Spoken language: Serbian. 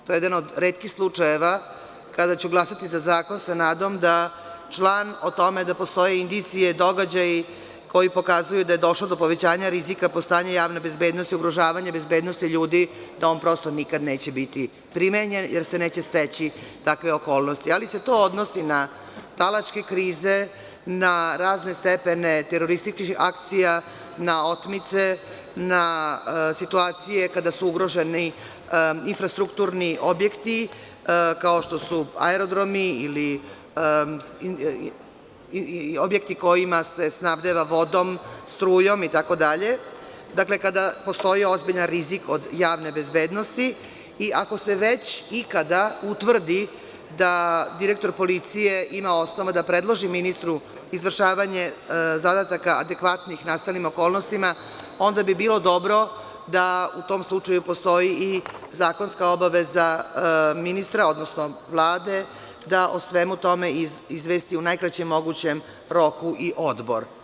To je jedan od retkih slučajeva kada ću glasati za zakon sa nadom da član o tome da postoje indicije, događaji koji pokazuju da je došlo do povećanja rizika po stanje javne bezbednosti, ugrožavanje bezbednosti ljudi da on prosto nikada neće biti primenjen, jer se neće steći takve okolnosti, ali se to odnosi na talačke krize, na razne stepene terorističkih akcija, na otmice, na situacije kada su ugroženi infrastrukturni objekti kao što su aerodromi ili objekti koji se snabdevaju vodom, strujom, itd, dakle, kada postoji ozbiljan rizik od javne bezbednosti i ako se već ikada utvrdi da direktor policije ima osnova da predloži ministru izvršavanje zadataka adekvatnih nastalim okolnostima, onda bi bilo dobro da u tom slučaju postoji i zakonska obaveza ministra, odnosno Vlade da o svemu tome izvesti u najkraćem mogućem roku i Odbor.